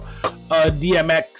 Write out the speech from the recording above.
DMX